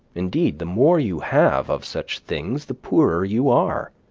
indeed, the more you have of such things the poorer you are.